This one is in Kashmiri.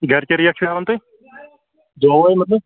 گرِ کیٛاہ ریٚٹ چھِو ہیٚوان تُہۍ دوہَس مطلب